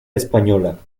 española